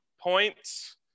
points